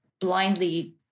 blindly